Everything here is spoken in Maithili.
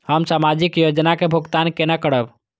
हम सामाजिक योजना के भुगतान केना करब?